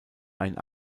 ein